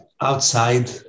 Outside